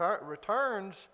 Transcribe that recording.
returns